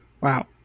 Wow